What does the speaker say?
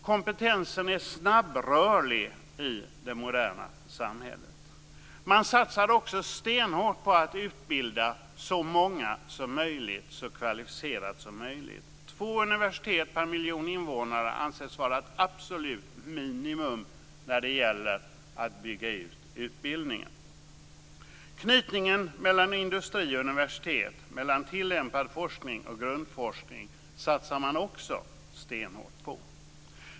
Kompetensen är snabbrörlig i det moderna samhället. Man satsar också stenhårt på att utbilda så många som möjligt så kvalificerat som möjligt. Två universitet per miljon invånare anses vara ett absolut minimum när det gäller att bygga ut utbildningen. Knytningen mellan industri och universitet, mellan tillämpad forskning och grundforskning, satsar man också stenhårt på.